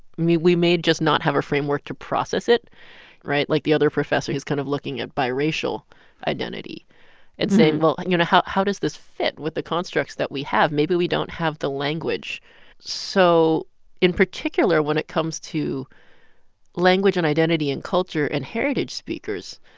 mean, we may just not have a framework to process it right? like, the other professor who's kind of looking at biracial identity and saying, well, you know, how how does this fit with the constructs that we have? maybe we don't have the language so in particular, when it comes to language and identity and culture in and heritage speakers,